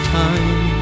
time